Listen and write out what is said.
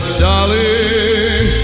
darling